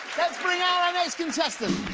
let's bring out our next contestant!